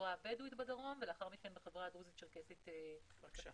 בחברה הבדואית בדרום ולאחר מכן לחברה הדרוזית-צ'רקסית בצפון.